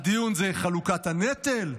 הטיעון זה חלוקת הנטל?